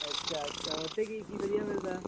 ਤੇ ਅੱਛਿਆ ਅੱਛਿਆ ਉੱਥੇ ਕੀ ਕੀ ਵਧੀਆ ਮਿਲਦਾ